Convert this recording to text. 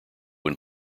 when